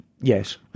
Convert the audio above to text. Yes